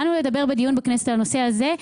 באנו לדבר בדיון בכנסת על הנושא הזה.